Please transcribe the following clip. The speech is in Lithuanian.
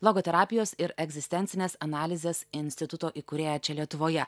logoterapijos ir egzistencinės analizės instituto įkūrėja čia lietuvoje